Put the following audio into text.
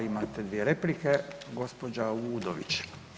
Imate dvije replike, gospođa Udović.